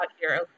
hero